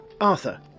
Arthur